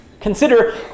Consider